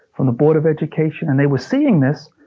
from the board of education. and they were seeing this.